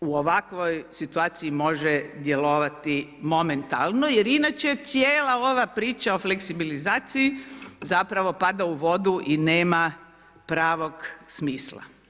u ovakvoj situaciju može djelovati momentalno, jer inače cijela ova priča o fleksibilizaciji zapravo pada u vodu i nema pravog smisla.